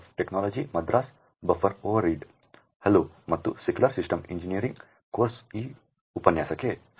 hello ಮತ್ತು secure system engineering ಕೋರ್ಸ್ನಲ್ಲಿನ ಈ ಉಪನ್ಯಾಸಕ್ಕೆ ಸ್ವಾಗತ